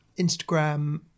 Instagram